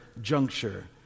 juncture